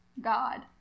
god